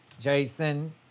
Jason